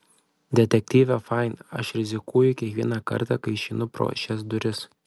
detektyve fain aš rizikuoju kiekvieną kartą kai išeinu pro šias duris